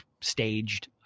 staged